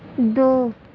دو